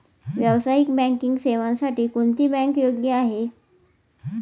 व्यावसायिक बँकिंग सेवांसाठी कोणती बँक योग्य आहे?